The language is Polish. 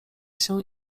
się